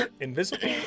invisible